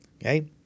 Okay